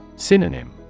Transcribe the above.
Synonym